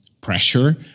pressure